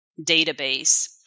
database